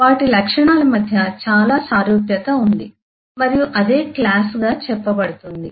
వాటి లక్షణాల మధ్య చాలా సారూప్యత ఉంది మరియు అదే క్లాస్ గా చెప్పబడుతుంది